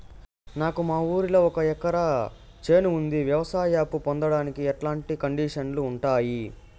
నాకు మా ఊరిలో ఒక ఎకరా చేను ఉంది, వ్యవసాయ అప్ఫు పొందడానికి ఎట్లాంటి కండిషన్లు ఉంటాయి?